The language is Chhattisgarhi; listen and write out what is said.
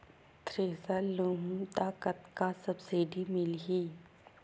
थ्रेसर लेहूं त कतका सब्सिडी मिलही?